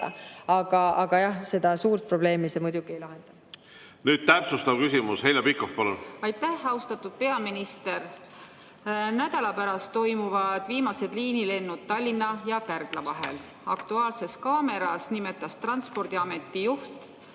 Aga jah, seda suurt probleemi see muidugi ei lahenda. Nüüd täpsustav küsimus. Heljo Pikhof, palun! Aitäh! Austatud peaminister! Nädala pärast toimuvad viimased liinilennud Tallinna ja Kärdla vahel. "Aktuaalses kaameras" nimetas Transpordiameti juht